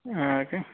हां का